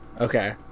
Okay